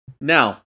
now